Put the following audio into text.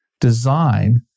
design